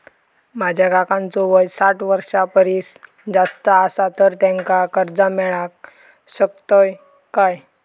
माझ्या काकांचो वय साठ वर्षां परिस जास्त आसा तर त्यांका कर्जा मेळाक शकतय काय?